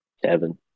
seven